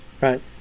right